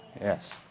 Yes